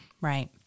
Right